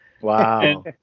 Wow